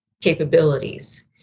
capabilities